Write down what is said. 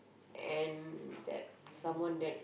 and that someone that